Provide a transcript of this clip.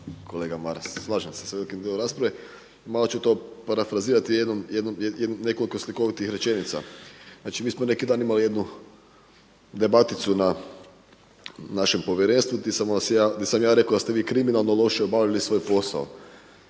kolega Maras, slažem se sa velikim dijelom rasprave. Malo ću to parafrazirati sa nekoliko slikovitih rečenica. Znači mi smo neki dan imali jednu debaticu na našem Povjerenstvu gdje sam ja rekli da ste vi kriminalno loše obavili svoj posao.